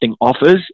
offers